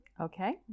okay